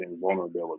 vulnerability